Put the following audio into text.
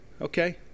okay